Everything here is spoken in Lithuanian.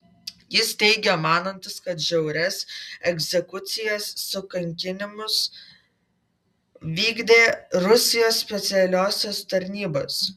jis teigė manantis kad žiaurias egzekucijas su kankinimus vykdė rusijos specialiosios tarnybos